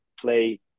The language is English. play